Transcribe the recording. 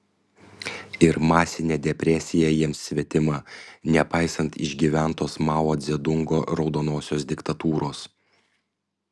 ir masinė depresija jiems svetima nepaisant išgyventos mao dzedungo raudonosios diktatūros